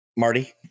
Marty